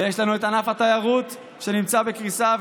ויש לנו את ענף התיירות שנמצא בקריסה,